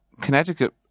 Connecticut